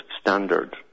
standard